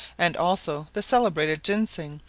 and also the celebrated gingseng,